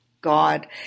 God